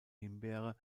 himbeere